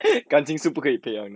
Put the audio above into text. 感情是不可以培养的